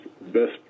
best